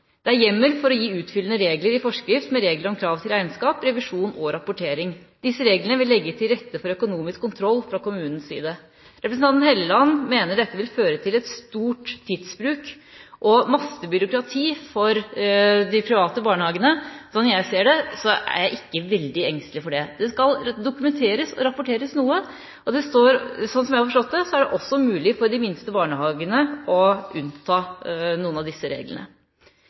Det er hjemmel for å gi utfyllende regler i forskrift med regler om krav til regnskap, revisjon og rapportering. Disse reglene vil legge til rette for økonomisk kontroll fra kommunens side. Representanten Hofstad Helleland mener dette vil føre til mye tidsbruk og masse byråkrati for de private barnehagene. Selv er jeg ikke veldig engstelig for det. Det skal dokumenteres og rapporteres noe, og slik som jeg har forstått det, er det også mulig for de minste barnehagene å få unntak fra noen av disse reglene.